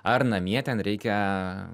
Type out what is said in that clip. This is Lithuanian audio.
ar namie ten reikia